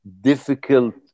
difficult